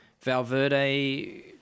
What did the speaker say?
Valverde